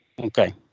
Okay